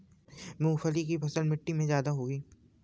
मूंगफली की फसल किस मिट्टी में ज्यादा होगी?